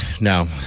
No